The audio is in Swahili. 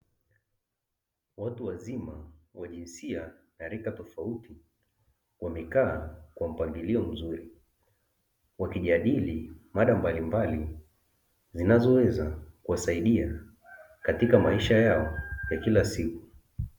Watu wazima wa jinsia na rika tofauti wamekaa kwa mpangilio mzuri wakijadili mada mbalimbali zinazoweza kuwasaidia katika maisha yao ya kila siku.